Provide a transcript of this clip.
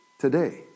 today